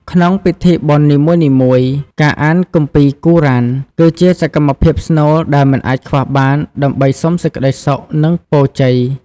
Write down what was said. ក្នុងពិធីបុណ្យនីមួយៗ ការអានគម្ពីគូរ៉ាន (Quran) គឺជាសកម្មភាពស្នូលដែលមិនអាចខ្វះបាន ដើម្បីសុំសេចក្តីសុខ និងពរជ័យ។